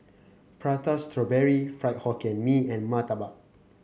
Prata Strawberry Fried Hokkien Mee and murtabak